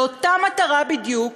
לאותה מטרה בדיוק,